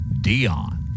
Dion